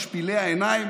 משפילי העיניים,